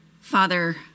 Father